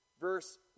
Verse